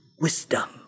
wisdom